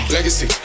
Legacy